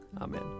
Amen